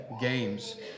games